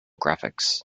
graphics